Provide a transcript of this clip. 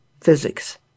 physics